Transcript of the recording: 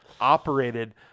operated